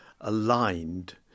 aligned